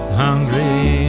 hungry